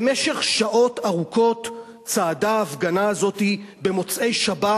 במשך שעות ארוכות צעדה ההפגנה הזאת במוצאי-שבת,